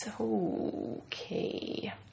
Okay